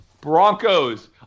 Broncos